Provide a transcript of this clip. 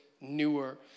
newer